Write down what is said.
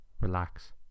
relax